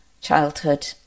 childhood